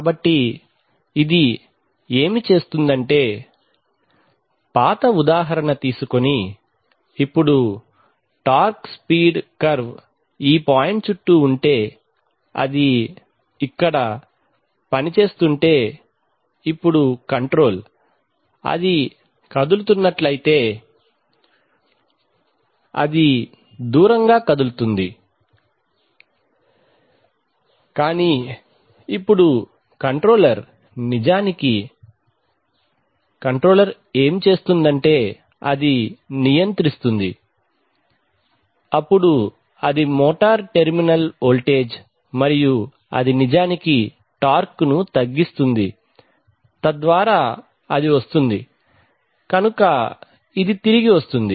కాబట్టి ఇది ఏమి చేస్తుందంటే పాత ఉదాహరణ తీసుకొని ఇప్పుడు టార్క్ స్పీడ్ కర్వ్ ఈ పాయింట్ చుట్టూ ఉంటే అది ఇక్కడ పనిచేస్తుంటే ఇప్పుడు కంట్రోల్ అది కదులుతున్నట్లయితే అది దూరంగా కదులుతుంది కానీ ఇప్పుడు కంట్రోలర్ నిజానికి కంట్రోలర్ ఏమి చేస్తుందంటే అది నియంత్రిస్తుంది అప్పుడు ఇది మోటారు టెర్మినల్ వోల్టేజ్ మరియు అది నిజానికి టార్క్ ను తగ్గిస్తుంది తద్వారా అది వస్తుంది కనుక ఇది తిరిగి వస్తుంది